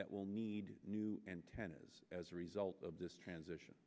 that will need new antennas as a result of this transition